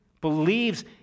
believes